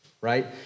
right